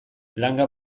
langa